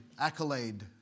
accolade